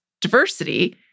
diversity